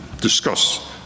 discuss